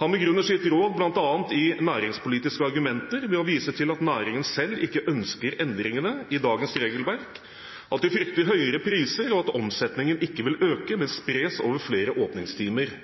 Han begrunner sitt råd bl.a. med næringspolitiske argumenter og ved å vise til at næringen selv ikke ønsker endringene i dagens regelverk, at de frykter høyere priser, og at omsetningen ikke vil øke, men spres over flere åpningstimer.